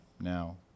now